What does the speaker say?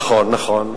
נכון, נכון.